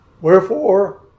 Wherefore